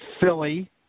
Philly